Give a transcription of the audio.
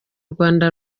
rwanda